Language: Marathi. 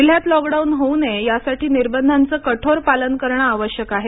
जिल्ह्यात लॉकडाऊन होऊ नये यासाठी निर्बंधांचे कठोर पालन करणे आवश्यक आहे